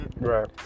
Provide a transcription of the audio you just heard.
Right